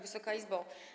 Wysoka Izbo!